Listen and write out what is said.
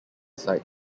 site